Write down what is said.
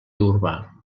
urbà